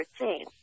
seen